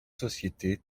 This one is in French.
sociétés